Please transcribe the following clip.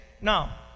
Now